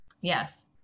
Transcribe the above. Yes